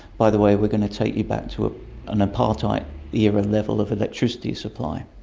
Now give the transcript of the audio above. by the way we're going to take you back to ah an apartheid era level of electricity supply,